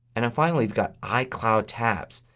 and finally you've got icloud tabs.